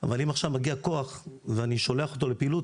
אבל אם עכשיו מגיע כוח ואני שולח אותו לפעילות,